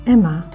Emma